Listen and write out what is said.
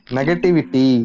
Negativity